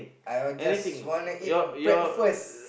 I will just wanna eat breakfast